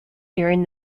during